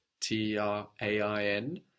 T-R-A-I-N